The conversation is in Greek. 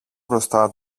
μπροστά